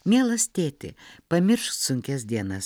mielas tėti pamiršk sunkias dienas